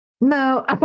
no